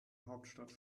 hauptstadt